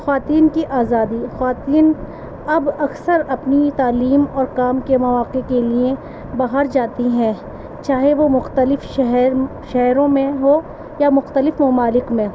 خواتین کی آزادی خواتین اب اکثر اپنی تعلیم اور کام کے مواقع کے لیے باہر جاتی ہیں چاہے وہ مختلف شہر شہروں میں ہو یا مختلف ممالک میں